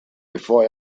bevor